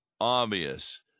obvious